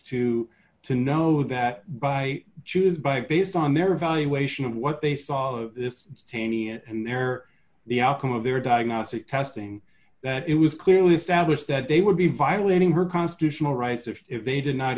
to to know that by jews by based on their evaluation of what they saw this taney and their the outcome of their diagnostic testing that it was clearly established that they would be violating her constitutional rights if they did not